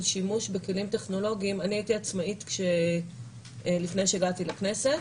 בשימוש בכלים טכנולוגיים: אני הייתי עצמאית לפני שהגעתי לכנסת,